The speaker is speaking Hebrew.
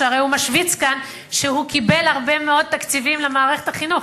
הרי הוא משוויץ כאן שהוא קיבל הרבה מאוד תקציבים למערכת החינוך,